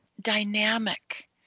dynamic